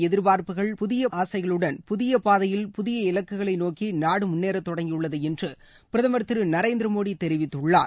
எதிர்பார்ப்புகள் புதிய ஆசைகளுடன் புதிய பாதையில் புதிய இலக்குகளை நோக்கி நாடு முன்னேற தொடங்கியுள்ளது என்று பிரதமர் திரு நரேந்திரமோடி தெரிவித்துள்ளார்